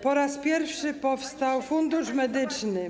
Po raz pierwszy powstał Fundusz Medyczny.